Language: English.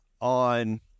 on